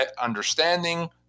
understanding